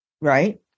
Right